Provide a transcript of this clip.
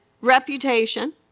reputation